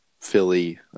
philly